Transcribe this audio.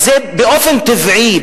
אז באופן טבעי,